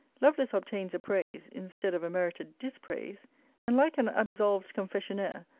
lovelace obtains a praise, instead of a merited dispraise and, like an absolved confessionaire,